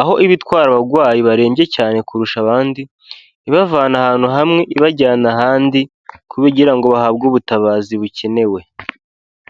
aho iba itwara abagwayi barembye cyane kurusha abandi, ibavana ahantu hamwe, ibajyana ahandi, kugira ngo bahabwe ubutabazi bukenewe.